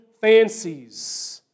fancies